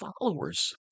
followers